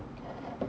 um